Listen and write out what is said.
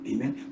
Amen